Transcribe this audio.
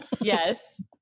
Yes